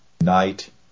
night